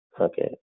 okay